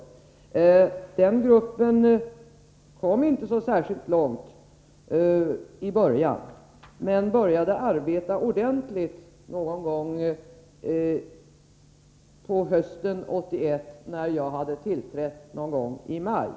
Arbetsgruppen kom inte särskilt långt i början, men den började arbeta ordentligt någon gång på hösten 1981. Då hade jag tillträtt som hälsovårdsminister någon gång i maj.